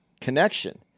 connection